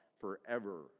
forever